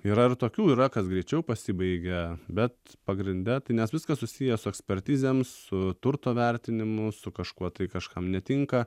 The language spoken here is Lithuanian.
yra ir tokių yra kas greičiau pasibaigia bet pagrinde tai nes viskas susiję su ekspertizėm su turto vertinimu su kažkuo tai kažkam netinka